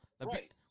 right